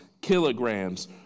kilograms